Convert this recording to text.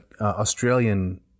Australian